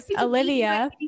Olivia